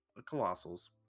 colossals